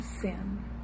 sin